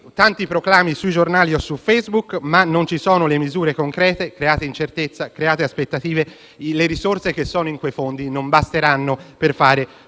tanti proclami sui giornali o su Facebook ma non ci sono le misure concrete. Create incertezza, create aspettative. Le risorse che sono in quei fondi non basteranno per fare